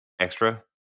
Extra